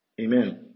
Amen